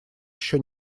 еще